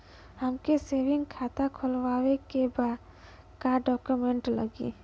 हमके सेविंग खाता खोलवावे के बा का डॉक्यूमेंट लागी?